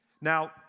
Now